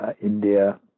India